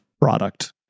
product